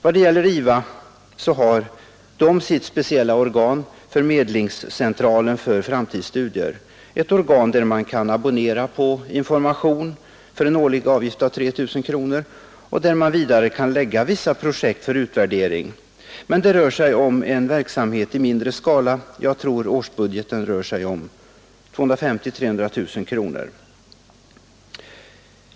Vad IVA beträffar har man där sitt speciella organ, Förmedlingscentralen för framtidsstudier, där man kan abonnera på information för en årlig avgift av 3 000 kronor. Där kan man vidare lägga vissa projekt för utvärdering, men verksamheten är i mindre skala. Jag tror att årsbudgeten rör sig om 250 000-300 000 kronor.